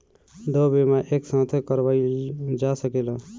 दो बीमा एक साथ करवाईल जा सकेला?